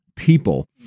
people